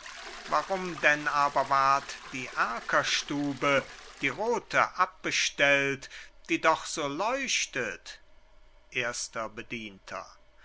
warum denn aber ward die erkerstube die rote abbestellt die doch so leuchtet erster bedienter